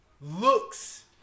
looks